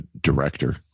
director